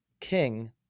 king